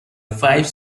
five